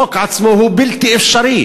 החוק עצמו הוא בלתי אפשרי.